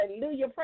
Hallelujah